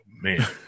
man